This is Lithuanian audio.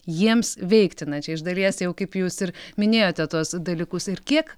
jiems veikti na čia iš dalies jau kaip jūs ir minėjote tuos dalykus ir kiek